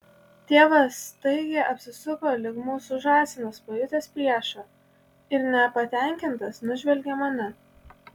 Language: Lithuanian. tėvas staigiai apsisuko lyg mūsų žąsinas pajutęs priešą ir nepatenkintas nužvelgė mane